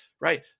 right